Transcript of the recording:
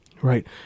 Right